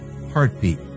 heartbeat